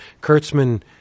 Kurtzman